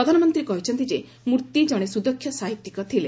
ପ୍ରଧାନମନ୍ତ୍ରୀ କହିଛନ୍ତି ଯେ ମୂର୍ତ୍ତି ଜଣେ ସୁଦକ୍ଷ ସାହିତ୍ୟିକ ଥିଲେ